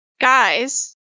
guys